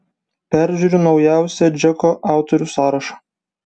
peržiūriu naujausią džeko autorių sąrašą